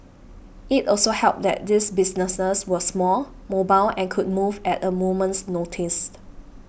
it also helped that these businesses were small mobile and could move at a moment's notice